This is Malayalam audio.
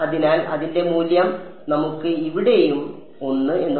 അതിനാൽ അതിന്റെ മൂല്യം നമുക്ക് ഇവിടെയും ഇവിടെയും 1 എന്ന് പറയാം